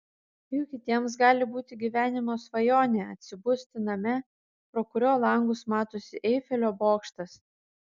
juk kitiems gali būti gyvenimo svajonė atsibusti name pro kurio langus matosi eifelio bokštas